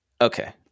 Okay